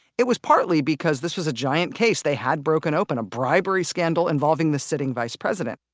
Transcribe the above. it was partly because this was a giant case they had broken open a bribery scandal involving the sitting vice president